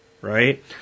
right